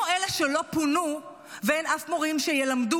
ולא אלה שלא פונו ואין מורים שילמדו